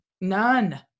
None